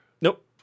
Nope